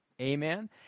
Amen